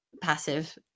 passive